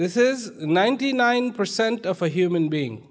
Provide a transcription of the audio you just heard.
this is ninety nine percent of a human being